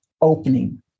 opening